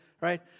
right